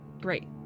Great